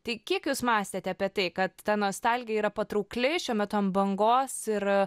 tai kiek jūs mąstėte apie tai kad ta nostalgija yra patraukli šiuo metu ant bangos ir